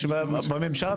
יש בממשלה,